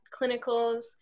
clinicals